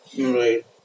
Right